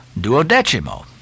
duodecimo